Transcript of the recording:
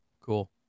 Cool